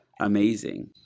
amazing